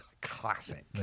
classic